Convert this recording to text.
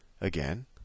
again